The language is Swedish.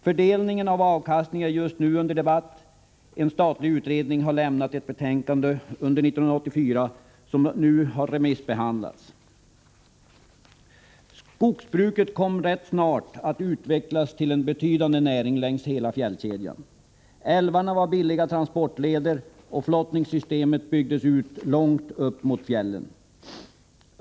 Fördelningen av avkastningen är f.n. under debatt — en statlig utredning har under 1984 lämnat ett betänkande, som nu är remissbehandlat. Skogsbruket kom rätt snart att utvecklas till en betydande näring längs hela fjällkedjan. Älvarna var billiga transportleder, och flottningssystemet byggdes ut långt upp mot fjällen.